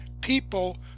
people